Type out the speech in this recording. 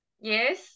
Yes